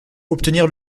obtenir